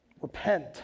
Repent